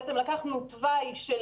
לקחנו תוואי של